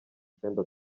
utwenda